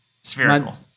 Spherical